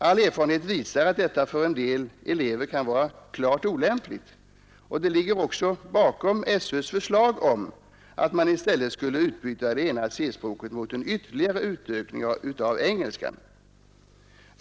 All erfarenhet visar att detta för en del elever kan vara klart olämpligt, och detta ligger också bakom SÖ:s förslag om att man i stället skulle utbyta det ena C-språket mot en ytterligare utökning av engelskan.